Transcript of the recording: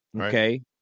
okay